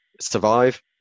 survive